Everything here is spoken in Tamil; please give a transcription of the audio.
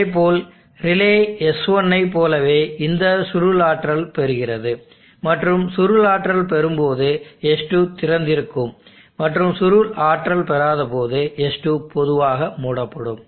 அதேபோல் ரிலே S1 ஐ போலவே இந்த சுருள் ஆற்றல் பெறுகிறது மற்றும் சுருள் ஆற்றல் பெறும் போது S2 திறந்திருக்கும் மற்றும் சுருள் ஆற்றல் பெறாதபோது S2 பொதுவாக மூடப்படும்